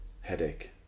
Headache